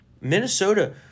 Minnesota